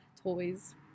toys